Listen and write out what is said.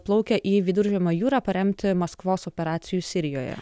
plaukia į viduržemio jūrą paremti maskvos operacijų sirijoje